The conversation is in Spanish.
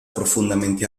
profundamente